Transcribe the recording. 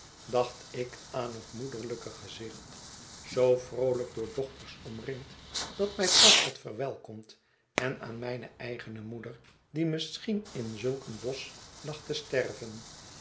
dacht ik aan het moederlijke gezicht zoo vroolijk door dochters omringd dat mij pas had verwelkomd en aan mijne eigene moeder die misschien in zulk een bosch lag te sterven